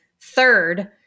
third